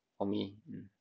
for me mm